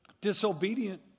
disobedient